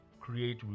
create